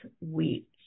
week